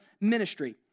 ministry